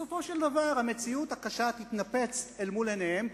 בסופו של דבר המציאות הקשה תתנפץ אל מול עיניהם,